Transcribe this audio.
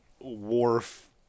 wharf